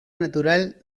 natural